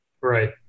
Right